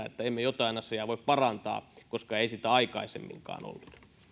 että emme jotain asiaa voi parantaa koska ei sitä aikaisemminkaan ollut